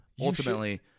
ultimately